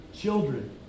Children